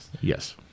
Yes